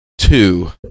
Two